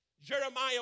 Jeremiah